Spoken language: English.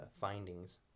findings